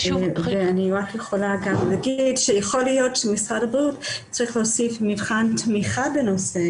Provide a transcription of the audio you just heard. אני יכולה לומר שיכול להיות שמשרד הבריאות צריך להוסיף מבחן תמיכה בנושא